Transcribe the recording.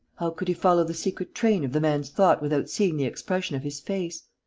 how could he follow the secret train of the man's thought without seeing the expression of his face?